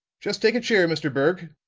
just take a chair, mr. berg,